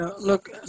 look